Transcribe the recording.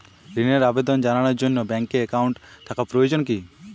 ঋণের আবেদন জানানোর জন্য ব্যাঙ্কে অ্যাকাউন্ট থাকা প্রয়োজন কী?